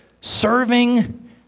serving